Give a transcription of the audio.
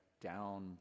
down